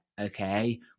okay